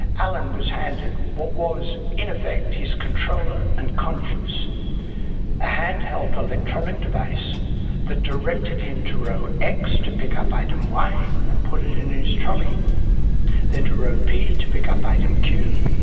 alan was handed what was in effect his controller and conscience a hand-held electronic device that directed him to row x to pick up item y and put it in his trolley then to row p to pick up item q,